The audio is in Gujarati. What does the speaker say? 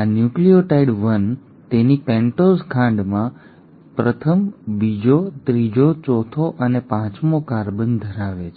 આ ન્યુક્લિઓટાઇડ 1 તેની પેન્ટોઝ ખાંડમાં પ્રથમ બીજો ત્રીજો ચોથો અને પાંચમો કાર્બન ધરાવે છે